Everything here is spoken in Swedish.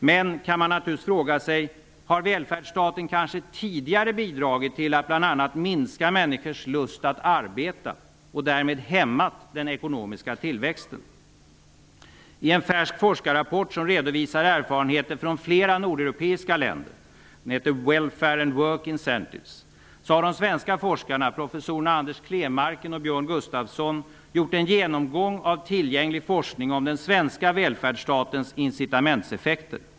Men man kan naturligtvis fråga sig: Har välfärdsstaten kanske tidigare bidragit till att bl.a. minska människors lust att arbeta och därmed hämmat den ekonomiska tillväxten? Work Incentives'', har de svenska forskarna, professorerna Anders Klevmarken och Björn Gustafsson, gjort en genomgång av tillgänglig forskning om den svenska välfärdsstatens incitamentseffekter.